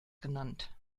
genannt